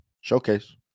Showcase